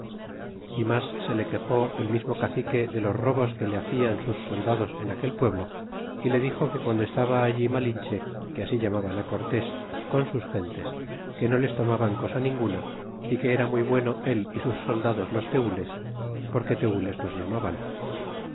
e mas se le quejé el mismo cacique de los robos que le hacian sus soldados en aquel pueblo é le dixo que guando estaba allí malinche que así llamaban cortés con sus gentes que no les tomaban cosa ninguna é que era muy bueno él é sus soldados os tenles porque tenles nos llamaban